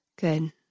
Good